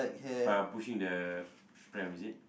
uh pushing the pram is it